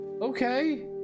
okay